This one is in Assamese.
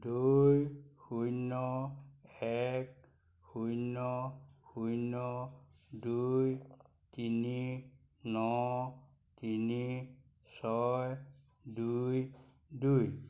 দুই শূন্য এক শূন্য শূন্য দুই তিনি ন তিনি ছয় দুই দুই